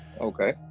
Okay